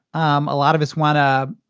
um a lot of us want to